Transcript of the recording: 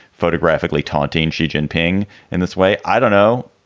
photographically taunting xi jinping in this way? i don't know.